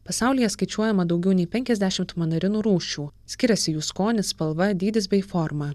pasaulyje skaičiuojama daugiau nei penkiasdešimt mandarinų rūšių skiriasi jų skonis spalva dydis bei forma